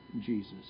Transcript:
Jesus